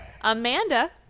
Amanda